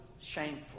shameful